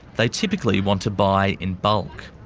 they typically want to buy in bulk.